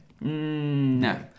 No